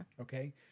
Okay